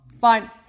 Fine